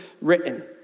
written